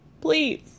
please